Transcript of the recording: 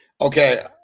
Okay